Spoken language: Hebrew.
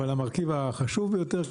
אבל המרכיב החשוב ביותר הוא,